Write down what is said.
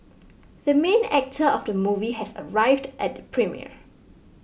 the main actor of the movie has arrived at the premiere